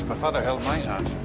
ah father held my and